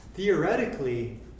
Theoretically